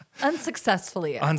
unsuccessfully